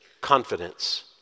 confidence